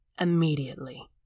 Immediately